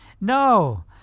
No